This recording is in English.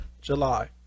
july